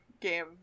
game